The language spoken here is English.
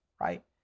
right